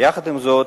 יחד עם זאת,